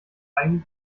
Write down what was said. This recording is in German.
eigenen